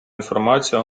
інформація